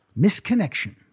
Misconnection